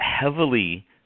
heavily